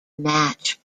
match